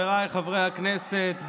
חבריי חברי הכנסת,